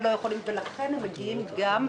לכן הם מגיעים גם לעסקאות,